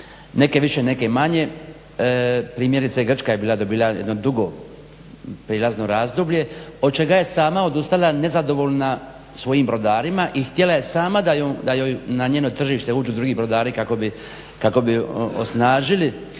Neke više, neke manje. Primjerice Grčka je bila dobila jedno dugo prijelazno razdoblje od čeka je sama odustala nezadovoljna svojim brodarima i htjela je sama da joj na njeno tržište uđu drugi brodari kako bi osnažili